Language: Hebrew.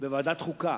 בוועדת חוקה,